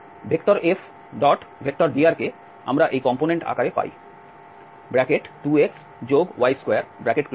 সুতরাং এই F⋅drকে আমরা এই কম্পোনেন্ট আকারে পাই 2xy2dx এবং ইত্যাদি